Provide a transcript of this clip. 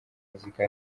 muzika